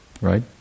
Right